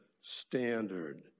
standard